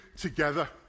together